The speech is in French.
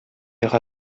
aura